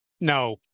No